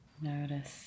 Notice